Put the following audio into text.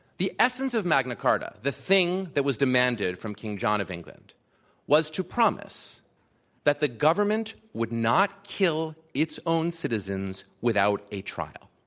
the essence of magna carta the thing that was demanded from king john of england was to promise that the government would not kill its own citizens without a trial.